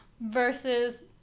versus